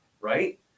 right